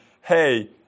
hey